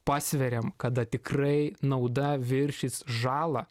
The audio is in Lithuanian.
pasveriam kada tikrai nauda viršys žalą